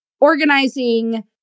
organizing